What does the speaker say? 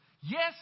Yes